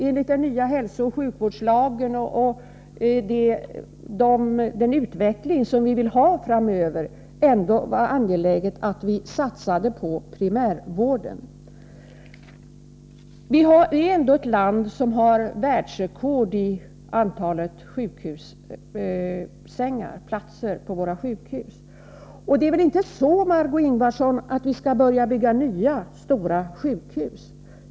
Enligt den nya hälsooch sjukvårdslagen och med tanke på den utveckling som vi vill se framöver är det väl ändå angeläget att vi satsar på primärvården. Sverige är ju det land som har världsrekord i antalet sjukhusplatser. Det är väl inte så, Margö Ingvardsson, att vi skall börja bygga nya stora sjukhus?